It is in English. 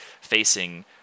facing